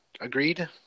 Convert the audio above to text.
agreed